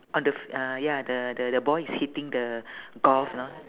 on the fi~ uh ya the the the boy is hitting the golf lah